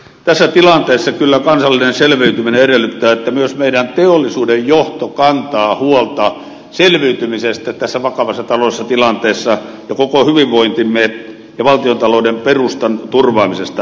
tässä tilanteessa kyllä kansallinen selviytyminen edellyttää että myös meidän teollisuutemme johto kantaa huolta selviytymisestä ja koko hyvinvointimme ja valtiontalouden perustan turvaamisesta tässä vakavassa taloudellisessa tilanteessa